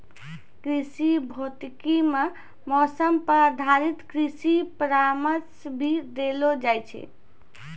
कृषि भौतिकी मॅ मौसम पर आधारित कृषि परामर्श भी देलो जाय छै